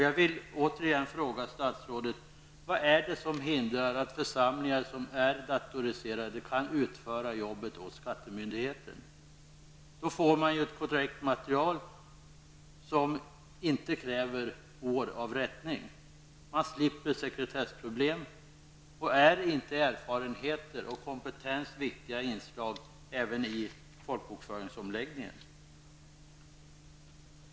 Jag vill återigen fråga statsrådet vad det är som hindrar att församlingar som är datoriserade kan utföra jobbet åt skattemyndigheten. Då får man ett korrekt material som inte kräver år av rättning. Man slipper sekretessproblem. Är inte erfarenhet och kompetens viktiga inslag även i folkbokföringsomläggningen?